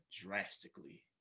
drastically